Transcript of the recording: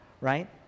right